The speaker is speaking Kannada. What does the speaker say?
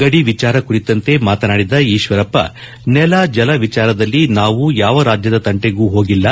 ಗಡಿ ವಿಚಾರ ಕುರಿತಂತೆ ಮಾತನಾಡಿದ ಈಶ್ವರಪ್ಪ ನೆಲ ಜಲ ವಿಚಾರದಲ್ಲಿ ನಾವು ಯಾವ ರಾಜ್ಯದ ತಂಟೆಗೂ ಹೋಗಿಲ್ಲ